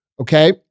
Okay